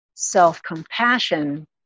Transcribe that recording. self-compassion